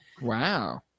Wow